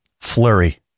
flurry